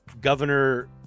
governor